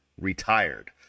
retired